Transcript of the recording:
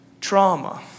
Trauma